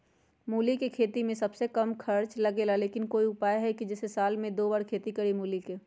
मूली के खेती में सबसे कम खर्च लगेला लेकिन कोई उपाय है कि जेसे साल में दो बार खेती करी मूली के?